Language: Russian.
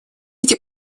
эти